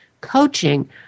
coaching